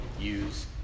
use